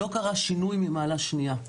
לא קרה שינוי ממעלה שניה.